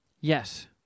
Yes